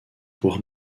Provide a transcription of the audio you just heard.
pour